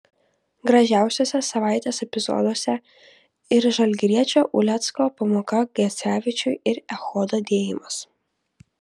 gražiausiuose savaitės epizoduose ir žalgiriečio ulecko pamoka gecevičiui ir echodo dėjimas